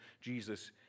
Jesus